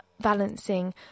balancing